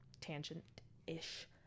tangent-ish